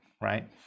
Right